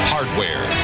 Hardware